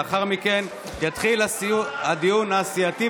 לאחר מכן יתחיל הדיון הסיעתי.